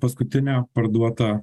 paskutinę parduotą